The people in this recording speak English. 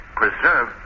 preserve